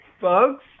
bugs